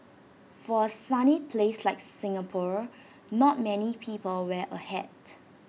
for A sunny place like Singapore not many people wear A hat